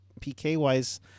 PK-wise